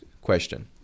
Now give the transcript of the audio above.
question